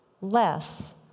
less